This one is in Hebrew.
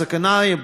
הסכנה היא ברורה,